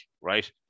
right